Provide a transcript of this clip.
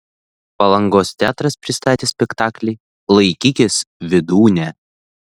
palangos teatras pristatė spektaklį laikykis vydūne